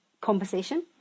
conversation